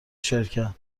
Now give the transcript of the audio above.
شرکت